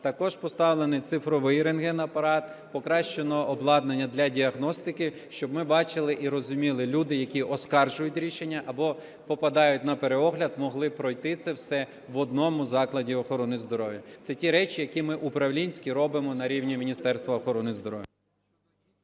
Також поставлений цифровий рентген-апарат, покращено обладнання для діагностики, щоб ми бачили і розуміли, люди, які оскаржують рішення або попадають на переогляд, могли пройти це все в одному закладі охорони здоров'я. Це ті речі, які ми управлінські робимо на рівні Міністерства охорони здоров'я.